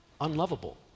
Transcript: unlovable